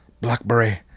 blackberry